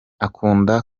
akunda